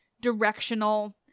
directional